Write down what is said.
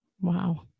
wow